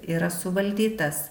yra suvaldytas